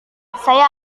saya